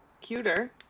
Cuter